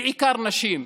בעיקר נשים,